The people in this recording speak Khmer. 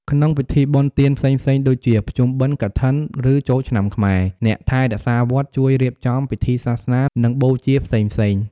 ក្នុងពិធីបុណ្យទានផ្សេងៗដូចជា ភ្ជុំបិណ្ឌ កឋិន ឬចូលឆ្នាំខ្មែរ អ្នកថែរក្សាវត្តជួយរៀបចំពិធីសាសនា និងបូជា ផ្សេងៗ។